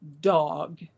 dog